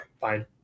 fine